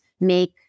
make